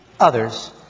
others